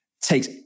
takes